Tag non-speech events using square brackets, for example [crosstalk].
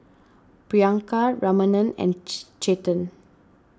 Priyanka Ramanand and [unintelligible] Chetan